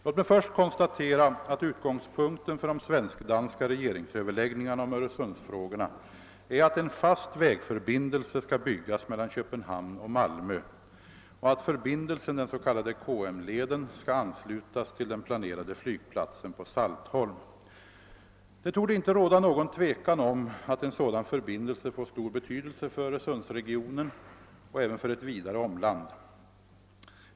Låt mig först konstatera att utgångspunkten för de svensk-danska regeringsöverläggningarna om Öresundsfrågorna är att en fast vägförbindelse skall byggas mellan Köpenhamn och Malmö och att förbindelsen, den s.k. KM-leden, skall anslutas till den planerade flygplatsen på Saltholm. Det torde inte råda någon tvekan om att en sådan förbindelse får stor betydelse för Öresundsregionen och även för ett vidare omland.